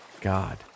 God